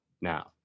now